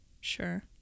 Sure